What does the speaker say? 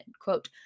Quote